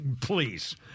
Please